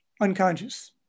unconscious